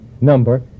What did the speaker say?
number